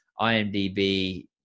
imdb